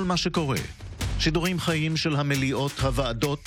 חברות וחברי הכנסת,